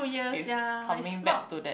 is coming back to that